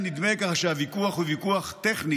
היה נדמה שהוויכוח הוא ויכוח טכני